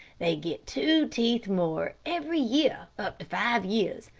they get two teeth more every year up to five years.